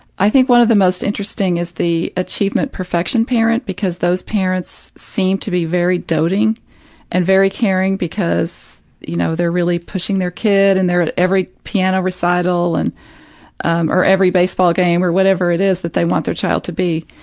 i think one of the most interesting is the achievement perfection parent, because those parents seem to be very doting and very caring because, you know, they're really pushing their kid and they're at every piano recital and um or every baseball game or whatever it is that they want their child to be,